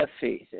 faith